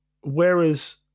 whereas